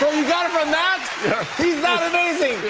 you got it from that? he's that amazing.